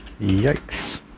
Yikes